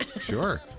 Sure